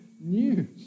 news